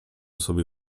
sobie